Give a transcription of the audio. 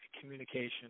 communication